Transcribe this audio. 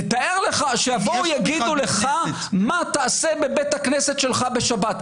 תאר לך שיגידו לך מה תעשה בבית הכנסת שלך בשבת.